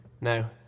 No